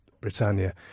Britannia